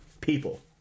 people